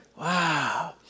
Wow